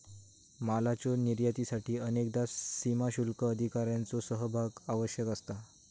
मालाच्यो निर्यातीसाठी अनेकदा सीमाशुल्क अधिकाऱ्यांचो सहभाग आवश्यक असता